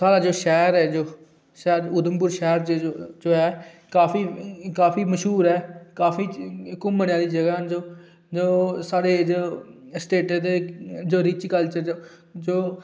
शैह्र ऐ जो उधमपुर शैह्र ऐ जो काफी मश्हूर ऐ काफी घुम्मनै आह्ली जगहां न साढ़े स्टेटै दे जो रिच कल्चर